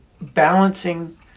balancing